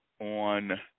On